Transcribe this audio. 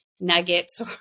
nuggets